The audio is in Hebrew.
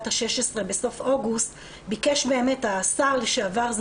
ה- 16 בסוף אוגוסט ביקש באמת השר לשעבר,